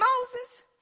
Moses